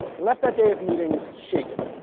i left that day of meetings shaken,